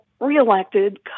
reelected